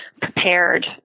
prepared